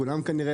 כולם כנראה,